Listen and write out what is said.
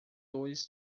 luz